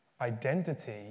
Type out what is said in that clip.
Identity